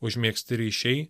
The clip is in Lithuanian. užmegzti ryšiai